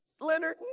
Leonard